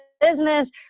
business